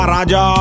Raja